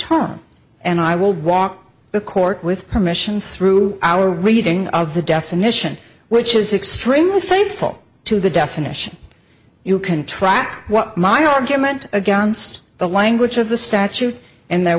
term and i will walk the court with permission through our reading of the definition which is extremely faithful to the definition you can track what my argument against the language of the statute and there